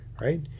right